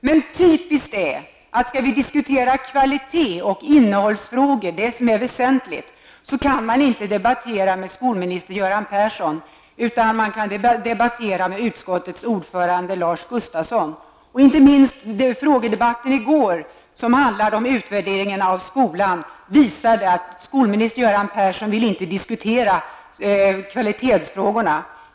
Men typiskt är att skall man diskutera kvalitets och innehållsfrågor -- det som är det väsentliga -- så kan man inte debattera med skolminister Göran Persson, utan skall man diskutera med utskottets ordförande, Lars Gustafsson. Inte minst frågedebatten i går om utvärderingen av skolan visade att skolminister Göran Persson inte vill diskutera kvalitetsfrågorna.